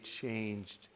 changed